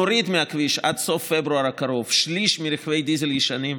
אנחנו נוריד מהכביש עד סוף פברואר הקרוב שליש מרכבי הדיזל הישנים.